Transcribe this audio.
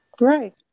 right